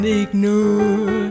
ignore